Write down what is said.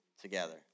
together